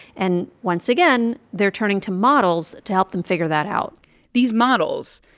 and once again, they're turning to models to help them figure that out these models,